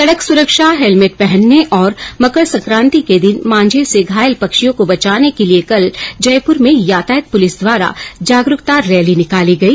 सड़क सुरक्षा हेलमेट पहनने और मकर सकांति के दिन मांझे से घायल पक्षियों को बचाने के लिये कल जयपुर में यातायात पुलिस द्वारा जागरूकता रैली निकाली गई